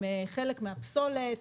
הם חלק מהפסולת,